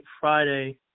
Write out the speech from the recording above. Friday